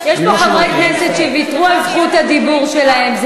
יש פה חברי כנסת שוויתרו על זכות הדיבור שלהם.